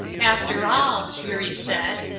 after all, eurie said,